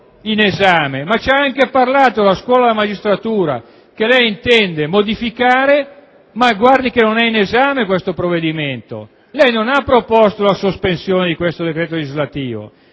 in esame, ma ci ha anche parlato della scuola della magistratura che intende modificare. Guardi che non è in esame questo provvedimento, lei non ha proposto la sospensione di questo decreto legislativo,